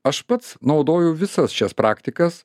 aš pats naudoju visas šias praktikas